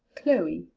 chloe.